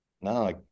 No